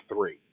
three